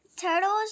turtles